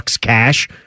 cash